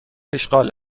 اشغال